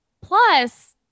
Plus